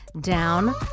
down